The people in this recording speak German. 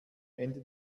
ende